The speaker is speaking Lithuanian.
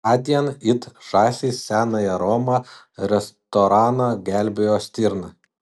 tądien it žąsys senąją romą restoraną gelbėjo stirna